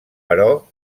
però